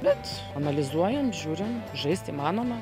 bet analizuojam žiūrim žaist įmanoma